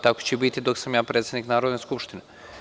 Tako će i biti dok sam ja predsednik Narodne skupštine.